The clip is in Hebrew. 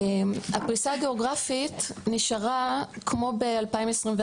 הפריסה הגיאוגרפית נשארה כמו בשנת 2021,